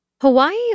Hawaii